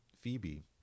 Phoebe